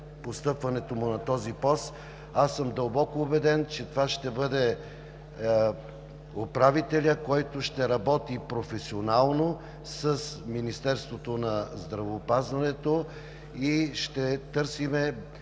постъпването му на този пост. Аз съм дълбоко убеден, че това ще бъде управителят, който ще работи професионално с Министерството на здравеопазването и ще търсим